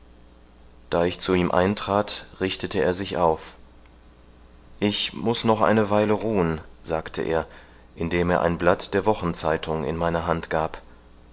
da ich zu ihm eintrat richtete er sich auf ich muß noch eine weile ruhen sagte er indem er ein blatt der wochenzeitung in meine hand gab